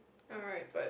alright but